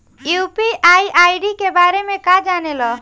UPI ID के बारे में का जाने ल?